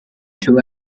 two